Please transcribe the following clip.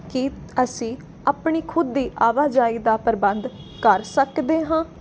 ਕੀ ਅਸੀਂ ਆਪਣੀ ਖੁਦ ਦੀ ਆਵਾਜਾਈ ਦਾ ਪ੍ਰਬੰਧ ਕਰ ਸਕਦੇ ਹਾਂ